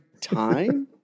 time